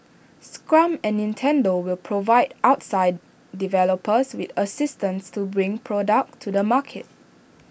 scrum and Nintendo will provide outside developers with assistance to bring products to the market